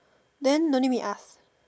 then don't need meet us